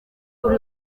kuri